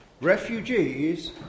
refugees